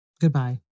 Goodbye